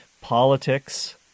Politics